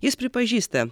jis pripažįsta